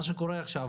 מה שקורה עכשיו,